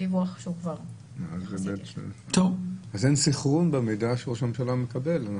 אין סנכרון במידע שראש הממשלה מקבל.